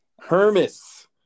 Hermes